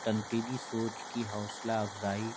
تنقیدی سوچ کی حوصلہ افزائی